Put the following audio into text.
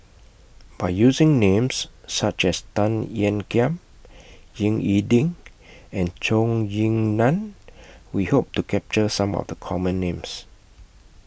By using Names such as Tan Ean Kiam Ying E Ding and Zhou Ying NAN We Hope to capture Some of The Common Names